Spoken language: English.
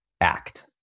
act